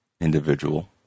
individual